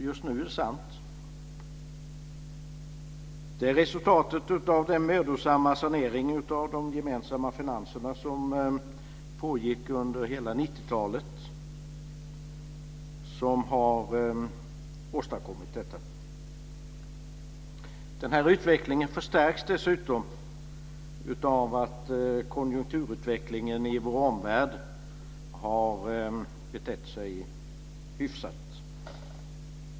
Just nu är det sant och det är resultatet av den mödosamma sanering av de gemensamma finanserna som pågick under hela 90-talet som har åstadkommit detta. Den här utvecklingen förstärks dessutom av att konjunkturutvecklingen i vår omvärld har betett sig hyfsat.